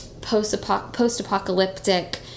post-apocalyptic